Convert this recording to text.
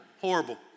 horrible